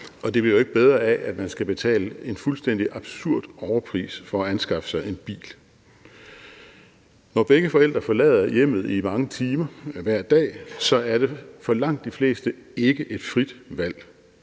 og det bliver jo ikke bedre af, at man skal betale en fuldstændig absurd overpris for at anskaffe sig en bil. Når begge forældre forlader hjemmet i mange timer hver dag, er det for langt de fleste ikke et frit valg,